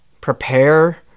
Prepare